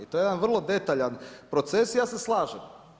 I to je jedan vrlo detaljan proces i ja se slažem.